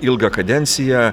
ilgą kadenciją